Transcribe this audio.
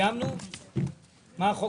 רוויזיה על הסתייגות מס' 72. מי בעד,